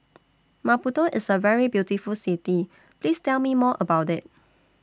Maputo IS A very beautiful City Please Tell Me More about IT